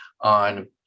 on